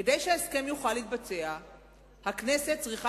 כדי שההסכם יוכל להתבצע הכנסת צריכה